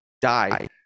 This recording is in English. die